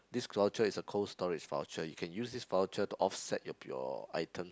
this voucher is a Cold Storage voucher you can use this voucher to offset of your items